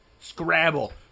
scrabble